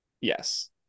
Yes